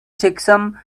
checksum